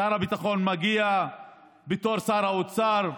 שר הביטחון מגיע בתור שר האוצר,